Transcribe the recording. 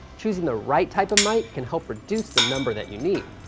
choosing the right type of mic can help reduce the number that you need.